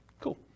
cool